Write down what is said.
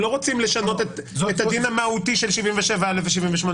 הם לא רוצים לשנות את הדין המהותי של 77א ו-78.